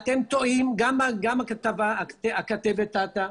אתם טועים, גם הכתבת טעתה,